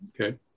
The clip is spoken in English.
Okay